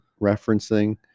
referencing